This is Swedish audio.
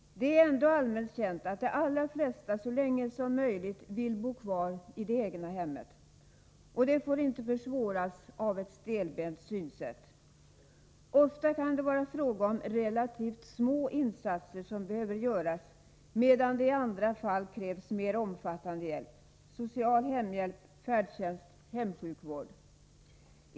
Det är ändå allmänt känt att de allra flesta så länge som möjligt vill bo kvar idet egna hemmet. Det får inte försvåras av ett stelbent synsätt. Ofta kan det vara fråga om relativt små insatser, medan det i andra fall krävs mer omfattande hjälp: social hemhjälp, färdtjänst och hemsjukvård.